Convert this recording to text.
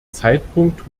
zeitpunkt